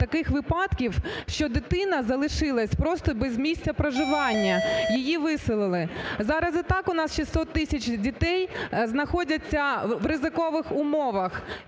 таких випадків, що дитина залишилась просто без місця проживання, її виселили. Зараз і так у нас 600 тисяч дітей знаходяться в ризикових умовах,